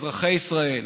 אזרחי ישראל,